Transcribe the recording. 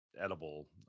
edible